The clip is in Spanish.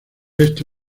este